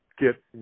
get